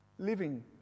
Living